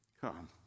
come